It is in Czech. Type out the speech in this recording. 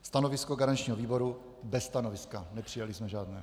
Stanovisko garančního výboru: bez stanoviska, nepřijali jsme žádné.